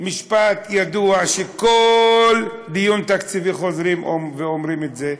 משפט ידוע, שבכל דיון תקציבי חוזרים ואומרים אותו: